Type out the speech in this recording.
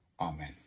Amen